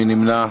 מי נמנע?